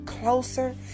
Closer